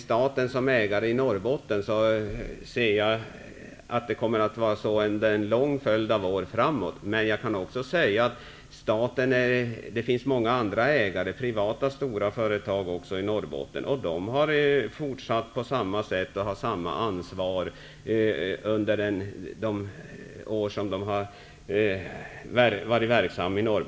Staten som ägare i Norrbotten ser jag som någonting bestående under en lång följd av år framåt. Men jag kan nämna att det också finns stora privata företag i Norrbotten, och de har visat samma ansvar under de år som de har varit verksamma där.